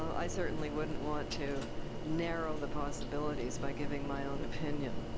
i certainly wouldn't want to narrow the possibilities by giving my own opinion.